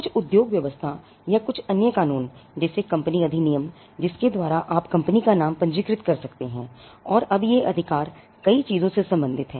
कुछ उद्योग व्यवस्था या कुछ अन्य क़ानून जैसे कि कंपनी अधिनियम जिसके द्वारा आप कंपनी का नाम पंजीकृत कर सकते हैं और अब ये अधिकार कई चीजों से संबंधित हैं